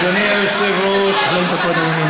אדוני היושב-ראש, שלוש דקות, אדוני.